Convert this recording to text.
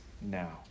now